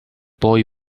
boy